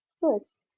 first,